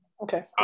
Okay